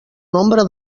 nombre